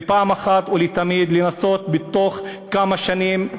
ופעם אחת ולתמיד לנסות בתוך כמה שנים,